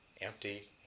empty